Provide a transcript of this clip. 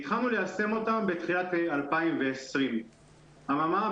התחלנו ליישם אותם בתחילת 2020. אמה מה,